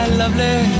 lovely